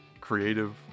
creative